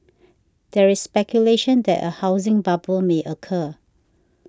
there is speculation that a housing bubble may occur